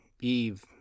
Eve